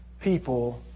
people